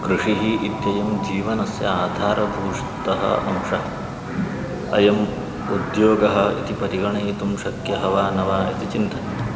कृषिः इत्ययं जीवनस्य आधारीभूतः अंशः अयम् उद्योगः इति परिगणयितुं शक्यः वा न वा इति चिन्तनीयम्